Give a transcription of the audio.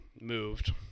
moved